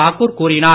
தாக்கூர் கூறினார்